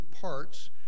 parts